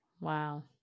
Wow